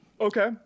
Okay